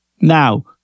Now